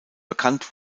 bekannt